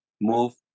move